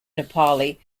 nepali